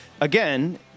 again